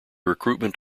recruitment